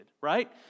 right